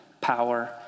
power